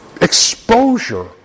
exposure